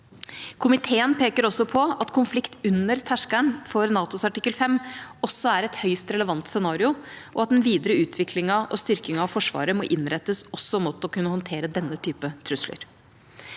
Komiteen peker også på at konflikt under terskelen for NATOs artikkel 5 er et høyst relevant scenario, og at den videre utviklingen og styrkingen av Forsvaret må innrettes mot å kunne håndtere denne typen trusler.